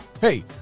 Hey